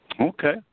Okay